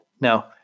Now